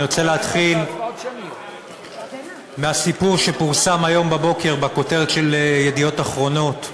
אני רוצה להתחיל מהסיפור שפורסם היום בבוקר בכותרת ב"ידיעות אחרונות"